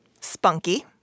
spunky